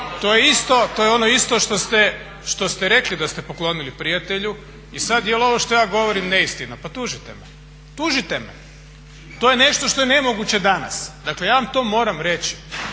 To je ono isto što ste rekli da ste poklonili prijatelju i sad je li ovo što ja govorim neistina. Pa tužite me! Tužite me! To je nešto što je nemoguće danas. Dakle, ja vam to moram reći.